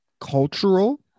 cultural